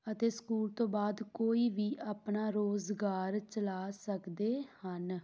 ਅਤੇ ਸਕੂਲ ਤੋਂ ਬਾਅਦ ਕੋਈ ਵੀ ਆਪਣਾ ਰੁਜ਼ਗਾਰ ਚਲਾ ਸਕਦੇ ਹਨ